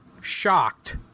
shocked